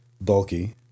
bulky